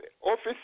office